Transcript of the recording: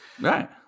Right